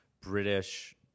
british